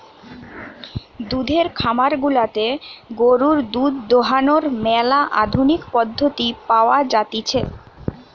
দুধের খামার গুলাতে গরুর দুধ দোহানোর ম্যালা আধুনিক পদ্ধতি পাওয়া জাতিছে